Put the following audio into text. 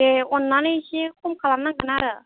दे अननानै इसे खम खालामनांगोन आरो